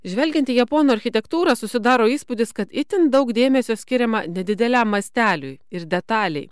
žvelgiant į japonų architektūrą susidaro įspūdis kad itin daug dėmesio skiriama nedideliam miesteliui ir detalei